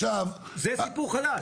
זה סיפור חדש.